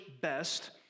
best